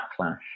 backlash